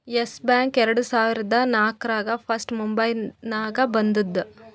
S Bank ಎರಡು ಸಾವಿರದಾ ನಾಕ್ರಾಗ್ ಫಸ್ಟ್ ಮುಂಬೈನಾಗ ಬಂದೂದ